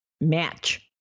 Match